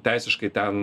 teisiškai ten